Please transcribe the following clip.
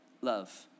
love